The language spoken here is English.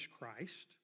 Christ